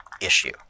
issue